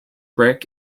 brick